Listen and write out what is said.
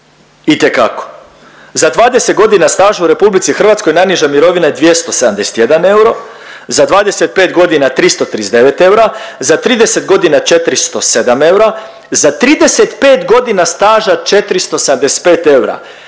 itekako. Za 20 godina staža u RH najniža mirovina je 271 euro, za 25 godina 339 eura, za 30 godina 407 eura, za 35 godina staža 475 eura,